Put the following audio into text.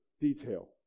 detail